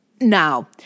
Now